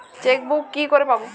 Chequebook কি করে পাবো?